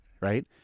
right